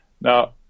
Now